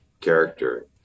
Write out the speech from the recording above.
character